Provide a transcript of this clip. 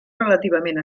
relativament